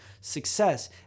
success